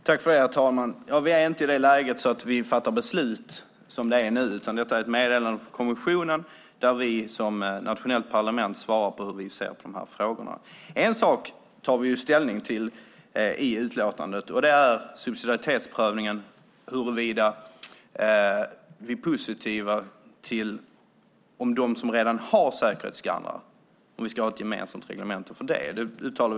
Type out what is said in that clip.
Herr talman! Vi är inte i det läget att vi ska fatta beslut som det är nu, utan detta är ett meddelande från kommissionen, och vi som nationellt parlament ska svara på hur vi ser på de här frågorna. En sak tar vi ställning till i utlåtandet, och det är subsidiaritetsprövningen huruvida vi är positiva till att vi ska ha ett gemensamt reglemente för dem som redan har säkerhetsskannrar.